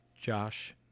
Josh